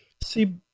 See